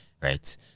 Right